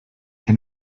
que